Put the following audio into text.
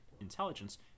intelligence